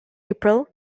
april